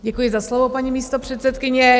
Děkuji za slovo, paní místopředsedkyně.